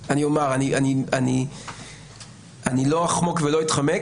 אני לא אחמוק ולא אתחמק,